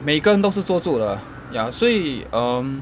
每个人都是坐坐的 lah 所以 um